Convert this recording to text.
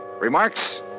Remarks